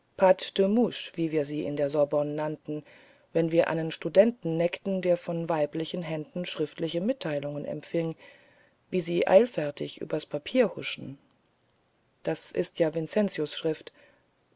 wie wir sie in der sorbonne nannten wenn wir einen studenten neckten der von weiblichen händen briefliche mitteilungen empfing wie sie eilfertig übers papier huschen das ist ja vincentius schrift